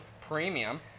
premium